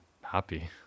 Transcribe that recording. happy